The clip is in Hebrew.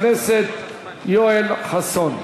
של חבר הכנסת יואל חסון.